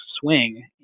swing